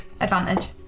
Advantage